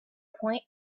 point